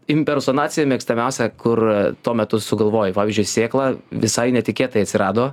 impersonacija mėgstamiausia kur tuo metu sugalvoji pavyzdžiui sėkla visai netikėtai atsirado